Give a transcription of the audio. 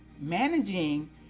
managing